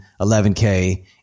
11K